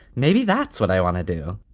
maybe that's what i want to do.